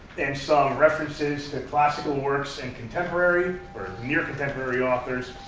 and some references to classical works and contemporary or near-contemporary authors.